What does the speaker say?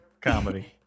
comedy